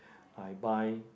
I buy